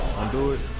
and it